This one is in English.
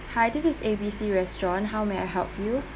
hi this is A_B_C restaurant how may I help you